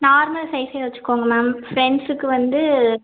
normal சைஸ்ஸே வச்சிக்கோங்க ma'am ஃப்ரெண்ட்ஸுக்கு வந்து